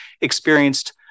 experienced